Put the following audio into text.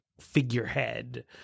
figurehead